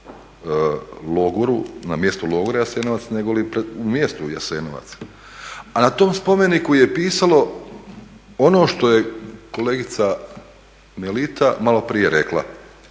na mjestu logora Jasenovac nego li u mjestu Jasenovac a na tom spomeniku je pisalo ono što je kolegica Melita malo prije rekla,